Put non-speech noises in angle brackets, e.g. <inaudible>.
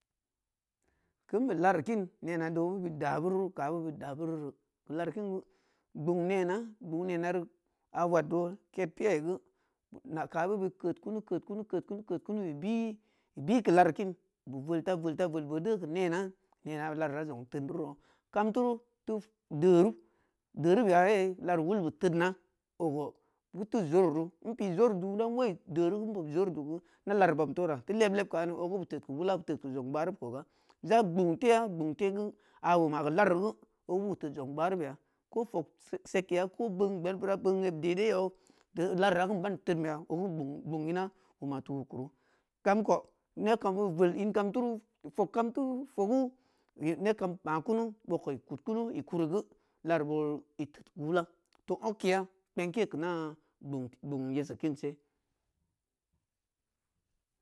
Kin beu lari kiri nena doohbe bud dabeuri kabe bud beu da beurun keu lari kin gbong nena gbong nenari a wad doo ked piya geu <hesitation> na kabeu bud keud kunu-keud-keud kunu- keud kunu-keud kunu di keu lari kin beu velta-velta-vel-vel de keu nena-nena lari da zong tedn du roo kam turu teu deeru deeru beya ye bari’ wul be tednna o koh beu teu zoruru npi zoru duu dan wei deru geu in bob zoru duu geu i da lari bobteu worah teu leb-leb kani o geu beu ted keu wula beu ted keu zonggbani be koga za gbong tehya gong the geu beu ma keu lari geu o geu beu ted zong gbarubeya ko fog seg-seg keya ko gbong gbaad bura o gbong yed dei dei you te lari da kin ban tedn beya o geu gboung-gboung ina beu ma tu keu kuru kam koh neb geu beu vel in kam turu gog kam turu fogu <hesitation> neb kam makunu boo kou i kud kunu i kuri geu lari boo ited keu wula teu ogkeya kpeng keuna gboung-gboung yesi keun se <noise>